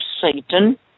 Satan